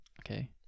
Okay